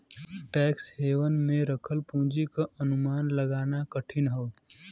tax haven में रखल पूंजी क अनुमान लगाना कठिन हौ